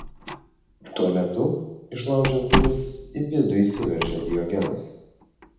tuo metu išlaužęs duris į vidų įsiveržė diogenas